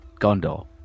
Gondor